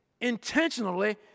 Intentionally